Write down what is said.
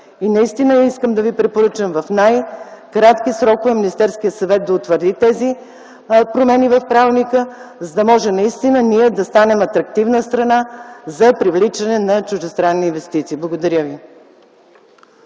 Наистина искам да ви препоръчам в най-кратки срокове Министерският съвет да утвърди тези промени в правилника, за да можем наистина да станем атрактивна страна за привличане на чуждестранни инвестиции. Благодаря ви.